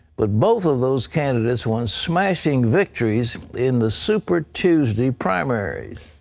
but both of those candidates won smashing victories in the super tuesday primaries.